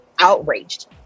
outraged